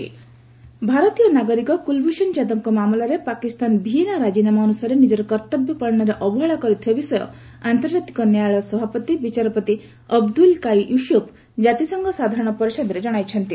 ICJ Yadav ଭାରତୀୟ ନାଗରିକ କୁଳଭୂଷଣ ଯାଦବଙ୍କ ମମଲାରେ ପାକିସ୍ତାନ ଭିଏନା ରାଜିନାମା ଅନୁସାରେ ନିଜର କର୍ତ୍ତବ୍ୟ ପାଳନରେ ଅବହେଳା କରିଥିବା ବିଷୟ ଆନ୍ତର୍ଜାତିକ ନ୍ୟାୟାଳୟ ସଭାପତି ବିଚାରପତି ଅବଦୁଇଲ୍କାଓ୍ୱି ୟୁସୁଫ୍ ଜାତିସଂଘ ସାଧାରଣ ପରିଷଦରେ ଜଣାଇଛନ୍ତି